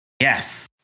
Yes